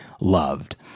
loved